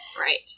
right